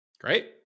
Great